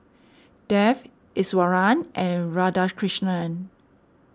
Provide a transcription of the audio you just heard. Dev Iswaran and Radhakrishnan